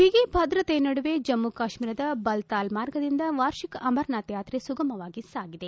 ಬಿಗಿ ಭದ್ರತೆ ನಡುವೆ ಜಮ್ಮು ಕಾಶ್ಮೀರದ ಬಲ್ತಾಲ್ ಮಾರ್ಗದಿಂದ ವಾರ್ಷಿಕ ಅಮರನಾಥಯಾತ್ರೆ ಸುಗಮವಾಗಿ ಸಾಗಿದೆ